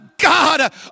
God